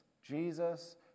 Jesus